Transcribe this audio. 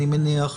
אני מניח,